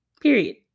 period